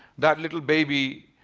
that little baby,